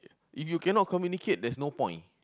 if you cannot communicate there's no point